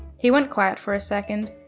he went quiet for a second.